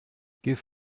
give